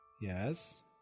Yes